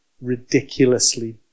ridiculously